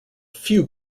few